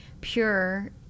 pure